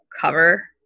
cover